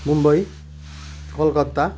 Mumbai Calcutta